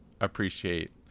appreciate